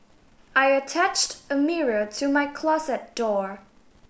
I attached a mirror to my closet door